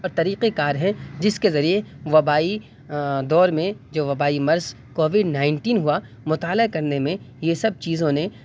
اور طریقۂ کار ہیں جس کے ذریعے وبائی دور میں جو وبائی مرض کووڈ نائنٹین ہوا مطالعہ کرنے میں یہ سب چیزوں نے